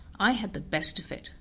i had the best of it,